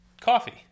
coffee